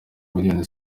miliyoni